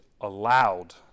allowed